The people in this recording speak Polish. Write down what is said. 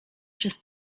przez